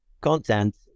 content